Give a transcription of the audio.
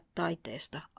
taiteesta